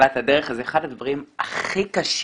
בתחילת הדרך זה אחד הדברים הכי קשים